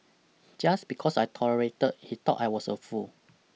just because I tolerated he thought I was a fool